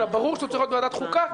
אלא ברור שהוא צריך להיות בוועדת החוקה,